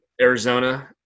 Arizona